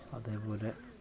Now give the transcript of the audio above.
അതേപോലെ